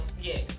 yes